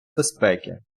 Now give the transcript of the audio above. безпеки